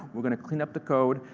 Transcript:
we're going to clean up the code,